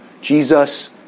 Jesus